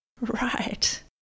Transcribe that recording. Right